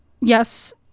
yes